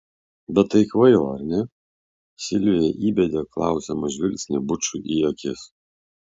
bet tai kvaila ar ne silvija įbedė klausiamą žvilgsnį bučui į akis